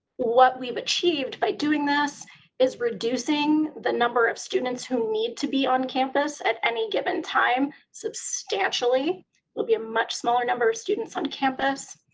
what we've achieved by doing this is reducing the number of students who need to be on campus at any given time substantially. it will be a much smaller number of students on campus.